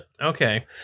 Okay